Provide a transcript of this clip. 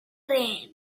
rain